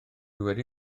wedi